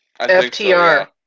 FTR